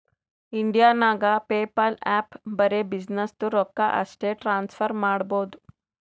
India ನಾಗ್ PayPal app ಬರೆ ಬಿಸಿನ್ನೆಸ್ದು ರೊಕ್ಕಾ ಅಷ್ಟೇ ಟ್ರಾನ್ಸಫರ್ ಮಾಡಬೋದು